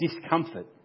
discomfort